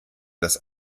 das